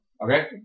Okay